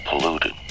polluted